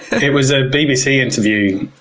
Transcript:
it was a bbc interview